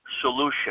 solution